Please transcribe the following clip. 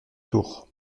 tours